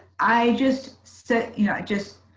i just sit. you know, i just